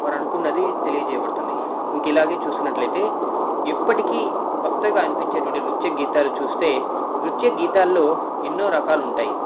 వారనుకున్నది తెలియజేయబడుతుంది ఇంకిలాగే చూస్తున్నట్లయితే ఇప్పటికీ కొత్తగా అనిపించే నృత్య గీతాలు చూస్తే నృత్య గీతాల్లో ఎన్నో రకాలుంటాయి